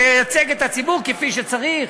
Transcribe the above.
לייצג את הציבור כפי שצריך,